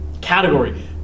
category